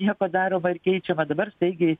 nieko daroma ar keičiama dabar staigiai